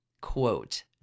Quote